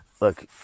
look